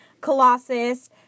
Colossus